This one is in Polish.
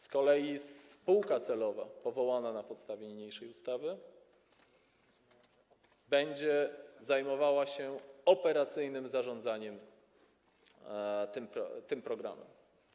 Z kolei spółka celowa powołana na podstawie niniejszej ustawy będzie zajmowała się operacyjnym zarządzaniem tym programem.